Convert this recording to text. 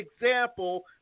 Example